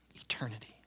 Eternity